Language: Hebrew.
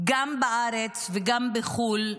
גם בארץ וגם בחו"ל,